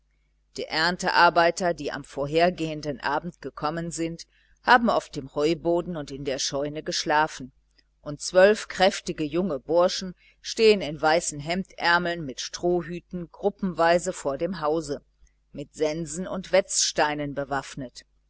die erntearbeiter die am vorhergehenden abend gekommen sind haben auf dem heuboden und in der scheune geschlafen und zwölf kräftige junge burschen stehen in weißen hemdärmeln mit strohhüten gruppenweise vor dem hause mit sensen und wetzsteinen bewaffnet